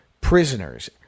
prisoners